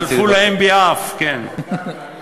חלפו להן ביעף, כן.